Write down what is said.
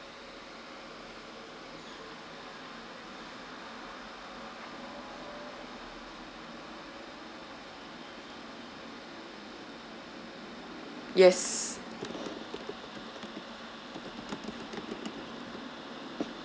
yes